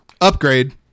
upgrade